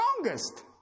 strongest